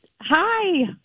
Hi